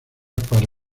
para